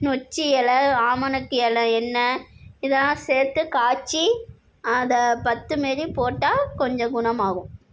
நொச்சி இலை ஆமணக்கு இலை எண்ணெய் இதெலாம் சேர்த்து காய்ச்சி அதை பத்து மாரி போட்டால் கொஞ்சம் குணமாகும்